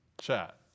chat